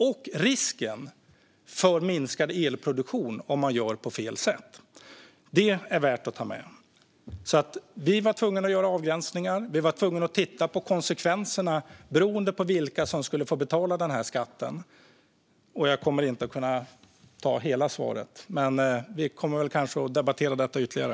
Även risken för minskad elproduktion om man gör på fel sätt är värd att ta med. Vi var alltså tvungna att göra avgränsningar. Vi var tvungna att titta på konsekvenserna beroende på vilka som skulle få betala den här skatten. Jag hann inte med hela svaret, men vi kommer kanske att debattera detta ytterligare.